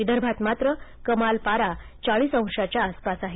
विदर्भात मात्र कमाल पारा चाळीस अंशांच्या आसपास आहे